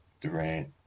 Durant